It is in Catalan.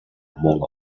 molt